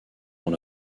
dans